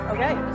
Okay